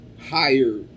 higher